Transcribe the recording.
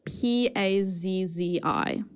P-A-Z-Z-I